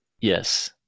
Yes